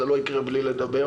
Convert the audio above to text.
זה לא יקרה בלי לדבר.